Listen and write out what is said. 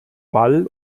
ball